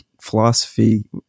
philosophy